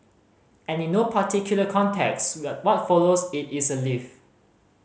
and in no particular context but what follows it is a leaf